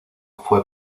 fue